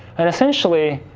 and essentially,